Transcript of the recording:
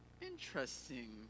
interesting